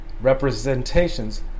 representations